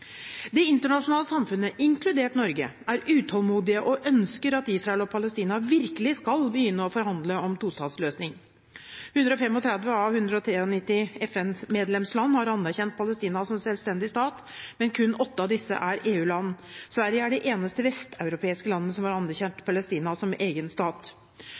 Det internasjonale samfunnet, inkludert Norge, er utålmodig og ønsker at Israel og Palestina virkelig skal begynne å forhandle om en tostatsløsning. 135 av FNs 193 medlemsland har anerkjent Palestina som selvstendig stat, men kun åtte av dem er EU-land. Sverige er det eneste vesteuropeiske landet som har anerkjent Palestina som egen stat.